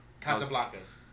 Casablanca's